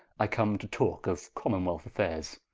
i come to talke of common-wealth affayres.